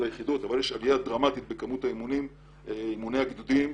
היחידות אבל יש עלייה דרמטית בכמות אימוני הגדודים,